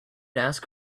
ask